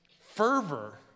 fervor